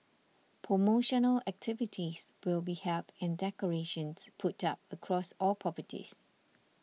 promotional activities will be held and decorations put up across all properties